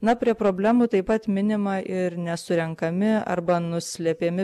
na prie problemų taip pat minima ir nesurenkami arba nuslepiami